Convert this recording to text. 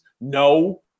No